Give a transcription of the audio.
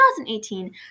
2018